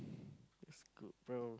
that's good bro